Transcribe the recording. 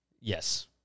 Yes